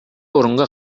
орунга